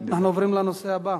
אנחנו עוברים לנושא הבא.